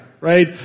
right